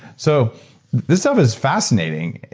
so this stuff is fascinating.